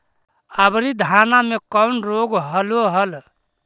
अबरि धाना मे कौन रोग हलो हल?